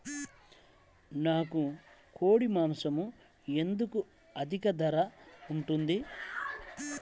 నాకు కోడి మాసం ఎందుకు అధిక ధర ఉంటుంది?